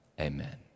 amen